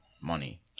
money